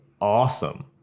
awesome